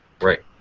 Right